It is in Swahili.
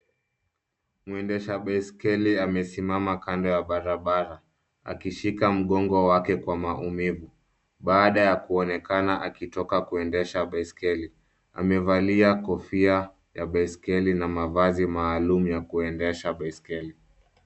Mwendesha baiskeli amesimama kando ya barabara, akishika mgongo wake kwa maumivu baada ya kuonekana akitoka kuendesha baiskeli. Amevalia kofia ya baiskeli na mavazi maalum ya kuendeshea baiskeli.